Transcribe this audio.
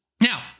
Now